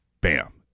Bam